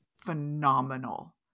phenomenal